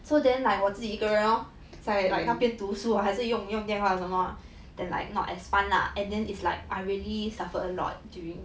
so then like 我自己一个 lor it's like 那边读书还是用用电话还是什么 then like not as fun lah and then it's like I really suffered a lot during